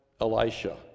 Elisha